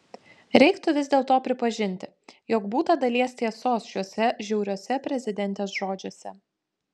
reiktų vis dėlto pripažinti jog būta dalies tiesos šiuose žiauriuose prezidentės žodžiuose